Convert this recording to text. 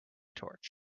torch